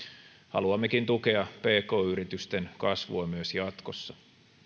haluammekin tukea pk yritysten kasvua myös jatkossa